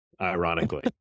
ironically